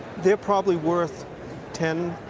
they're probably worth ten